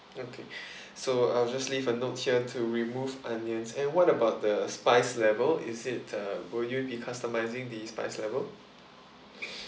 okay so I'll just leave a note here to remove onions and what about the spice level is it uh will you be customising the spice level